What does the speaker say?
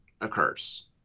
occurs